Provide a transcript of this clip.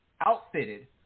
outfitted